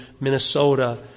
Minnesota